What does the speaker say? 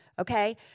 Okay